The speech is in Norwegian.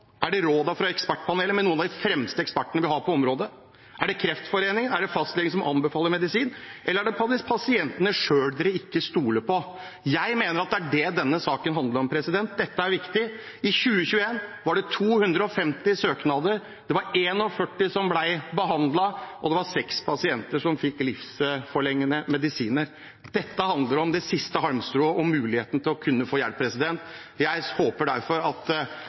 Er det rådene fra Ekspertpanelet, med noen av de fremste ekspertene vi har på området, er det Kreftforeningen, er det fastlegene som anbefaler medisin, eller er det pasientene selv de ikke stoler på? Jeg mener at det er det denne saken handler om. Dette er viktig. I 2021 var det 250 søknader, det var 41 som ble behandlet, og det var seks pasienter som fikk livsforlengende medisiner. Dette handler om det siste halmstrået og den siste muligheten til å kunne få hjelp. Jeg håper derfor at